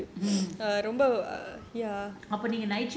mm